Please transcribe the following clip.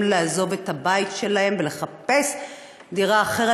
לעזוב את הבית שלהם ולחפש דירה אחרת,